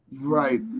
Right